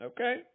Okay